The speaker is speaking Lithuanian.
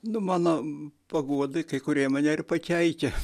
nu mano paguodai kai kurie mane ir pakeikia